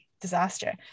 disaster